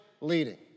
leading